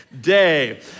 day